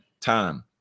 time